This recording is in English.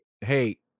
hey